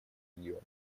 регионов